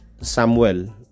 Samuel